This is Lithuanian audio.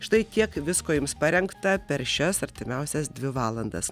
štai tiek visko jums parengta per šias artimiausias dvi valandas